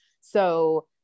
So-